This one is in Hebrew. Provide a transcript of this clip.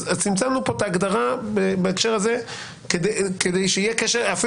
צמצמנו פה את ההגדרה בהקשר הזה כדי שיהיה קשר אמצעי-מטרה,